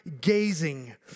gazing